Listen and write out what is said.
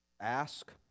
Ask